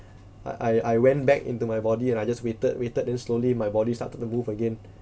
I I went back into my body and I just waited waited then slowly my body started to the move again